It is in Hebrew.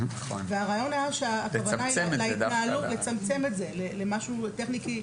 והכוונה הייתה לצמצם את זה למשהו טכני,